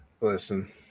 Listen